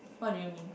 what do you mean